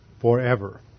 forever